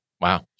Wow